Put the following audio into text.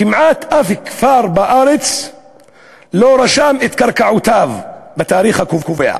כמעט אף כפר בארץ לא רשם את קרקעותיו בתאריך הקובע,